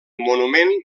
monument